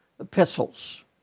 Epistles